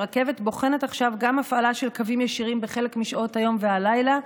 הרכבת בוחנת עכשיו גם הפעלה של קווים ישירים בחלק משעות היום והלילה,